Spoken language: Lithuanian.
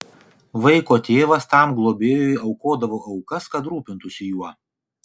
vaiko tėvas tam globėjui aukodavo aukas kad rūpintųsi juo